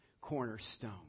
cornerstone